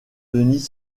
denis